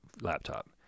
laptop